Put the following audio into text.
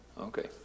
Okay